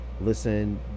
listen